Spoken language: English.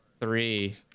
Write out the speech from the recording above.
three